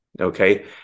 okay